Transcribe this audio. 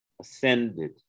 ascended